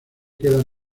quedan